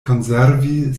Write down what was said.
konservi